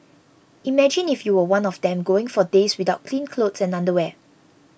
imagine if you were one of them going for days without clean clothes and underwear